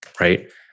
Right